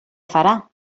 farà